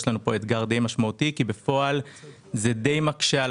יש לנו פה אתגר די משמעותי כי בפועל זה די מקשה על